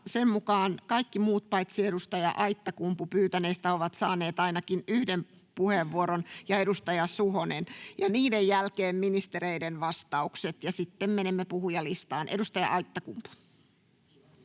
sen mukaan kaikki muut paitsi edustaja Aittakumpu ja edustaja Suhonen pyytäneistä ovat saaneet ainakin yhden puheenvuoron. Heidän jälkeensä ministereiden vastaukset, ja sitten menemme puhujalistaan. — Edustaja Aittakumpu.